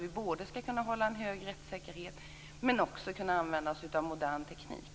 Vi skall ha en hög rättssäkerhet samtidigt som vi kan använda oss av modern teknik.